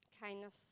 kindness